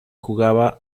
jugaba